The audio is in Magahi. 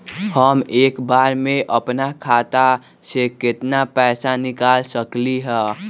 हम एक बार में अपना खाता से केतना पैसा निकाल सकली ह?